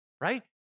Right